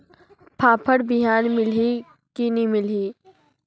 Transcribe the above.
फाफण बिहान मिलही की नी मिलही?